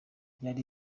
byari